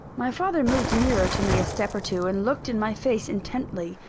my father moved nearer to me a step or two, and looked in my face intently,